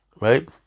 right